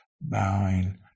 bowing